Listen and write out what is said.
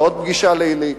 בעוד פגישה לילית?